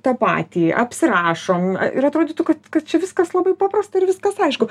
tą patį apsirašom ir atrodytų kad viskas labai paprasta ir viskas aišku